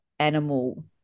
animal